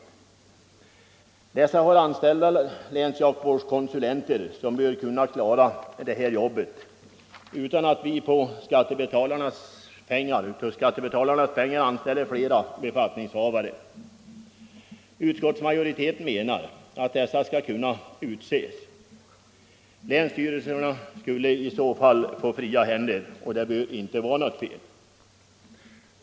Förbundet har anställda länsjaktvårdskonsulenter, som bör kunna klara detta jobb, utan att vi för skattebetalarnas pengar anställer fler befattningshavare. Utskottsmajoriteten anser att dessa konsulenter skall kunna utses. Länsstyrelserna skulle i så fall få fria händer, vilket inte bör vara något fel.